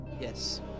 Yes